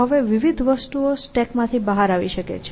હવે વિવિધ વસ્તુઓ સ્ટેકમાંથી બહાર આવી શકે છે